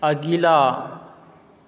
अगिला